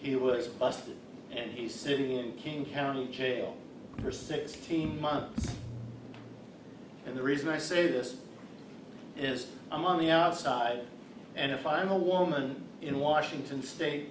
would bust and he's sitting in king county jail for sixteen months and the reason i say this is i'm on the outside and if i'm a woman in washington state